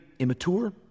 Immature